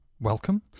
welcome